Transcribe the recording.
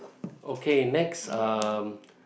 okay next um